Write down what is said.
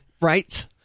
Right